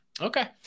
Okay